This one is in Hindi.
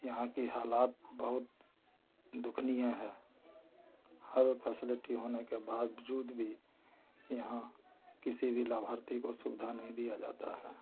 यहाँ की हालत बहुत दुखनीय है हर फैसिलिटी होने के बावजूद भी यहाँ किसी भी लाभार्थी को सुविधा नहीं दिया जाता है